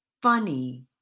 Funny